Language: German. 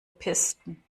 pisten